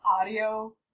audio